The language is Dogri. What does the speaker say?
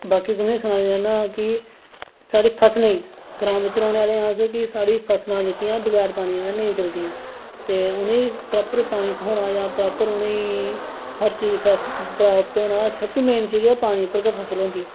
बाकी तुसें सनाई लैना कि साढ़ी फसले गी ग्रां च रौहने आहलियां जेह्कियां बगैर पानी दे नेईं चलदियां ते उनेंगी प्रापर पानी थ्होना अगर उ'नेंगी हर चीज प्राप्त होना हर चीज पानी उप्पर गै ते